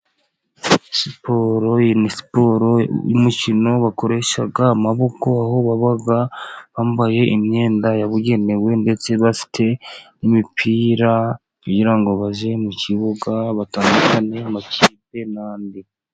Siporo, iyi ni siporo y'umukino bakoresha amaboko, aho baba bambaye imyenda yabugenewe ndetse bafite n'imipira, kugira ngo baze mu kibuga batandukane amakipe n'andi.